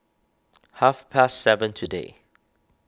half past seven today